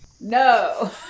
No